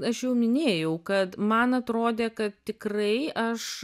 aš jau minėjau kad man atrodė kad tikrai aš